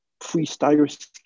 Freestyle